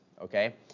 Okay